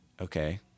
okay